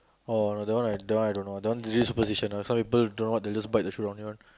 oh that one I that one I don't know that one really superstition lah some people don't know what they just bite the shoe down there one